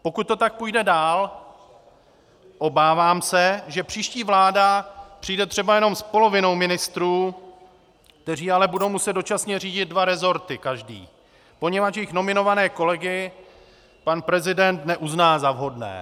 Pokud to tak půjde dál, obávám se, že příští vláda přijde třeba jenom s polovinou ministrů, kteří ale budou muset dočasně řídit dva resorty každý, poněvadž jejich nominované kolegy pan prezident neuzná za vhodné.